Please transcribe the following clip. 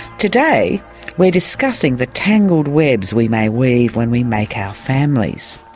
today we're discussing the tangled webs we may weave when we make our families.